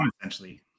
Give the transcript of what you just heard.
essentially